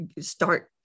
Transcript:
start